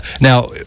Now